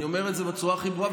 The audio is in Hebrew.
אני אומר את זה בצורה הכי ברורה,